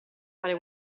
fare